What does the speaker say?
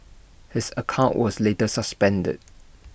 his account was later suspended